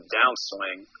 downswing